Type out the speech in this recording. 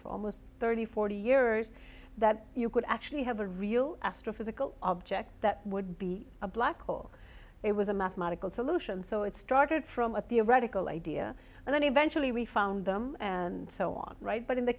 for almost thirty forty years that you could actually have a real astrophysical object that would be a black hole it was a mathematical solution so it started from a theoretical idea and then eventually we found them and so on right but in the